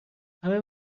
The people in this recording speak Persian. همه